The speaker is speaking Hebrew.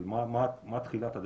אבל מה תחילת הדרך?